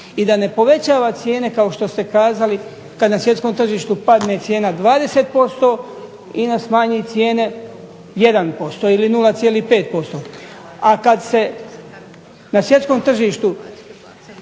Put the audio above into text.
i da ne povećava cijene kao što ste kazali kad na svjetskom tržištu padne cijena 20% i INA smanji cijene 1% ili 0,5%, a kad se na svjetskom tržištu